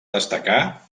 destacar